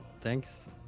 thanks